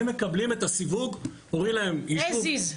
הם מקבלים את הסיווג as is.